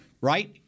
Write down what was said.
right